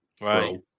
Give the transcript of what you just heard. Right